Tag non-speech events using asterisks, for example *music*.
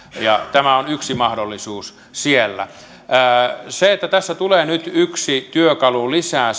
ja tämä on yksi mahdollisuus siellä tässä tulee nyt yksi työkalu lisää *unintelligible*